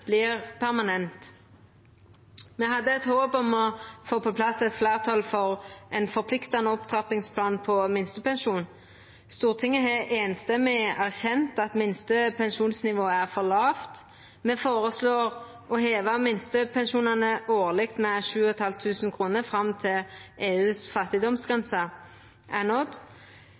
permanent. Me hadde eit håp om å få på plass eit fleirtal for ein forpliktande opptrappingsplan for minstepensjonen. Stortinget har samrøystes erkjent at minstepensjonsnivået er for lågt. Me føreslår å heva minstepensjonane årleg med 7 500 kr fram til EUs fattigdomsgrense er nådd.